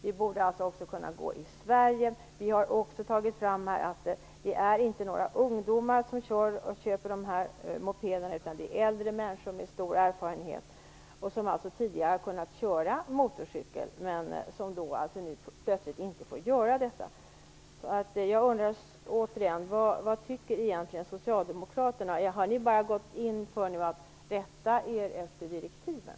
Det borde också kunna gå i Sverige. Vi har också lyft fram att det inte är några ungdomar som köper dessa mopeder, utan det är äldre människor med stor erfarenhet. Tidigare har de kunnat köra motorcykel, men nu får de plötsligt inte göra det. Jag undrar återigen vad socialdemokraterna egentligen tycker. Har ni nu bara gått in för att rätta er efter direktiven?